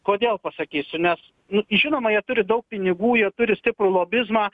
kodėl pasakysiu nes nu žinoma jie turi daug pinigų jie turi stiprų lobizmą